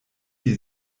die